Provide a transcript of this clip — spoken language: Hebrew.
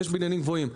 יש בניינים גבוהים.